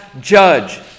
judge